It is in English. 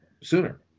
sooner